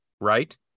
right